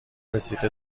رسیده